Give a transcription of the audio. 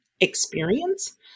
experience